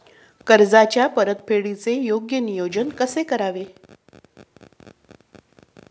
कर्जाच्या परतफेडीचे योग्य नियोजन कसे करावे?